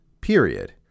period